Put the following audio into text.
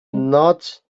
not